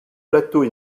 plateau